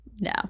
No